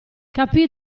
capì